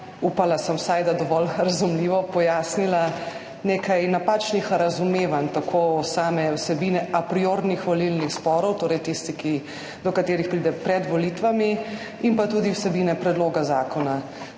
upala, da sem dovolj razumljivo pojasnila nekaj napačnih razumevanj same vsebine apriornih volilnih sporov, torej tistih, do katerih pride pred volitvami, in pa tudi vsebine predloga zakona.